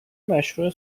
مشروح